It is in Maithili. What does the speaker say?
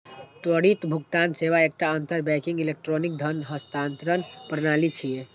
त्वरित भुगतान सेवा एकटा अंतर बैंकिंग इलेक्ट्रॉनिक धन हस्तांतरण प्रणाली छियै